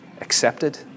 accepted